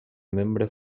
membre